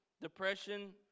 depression